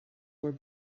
were